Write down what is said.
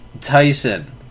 Tyson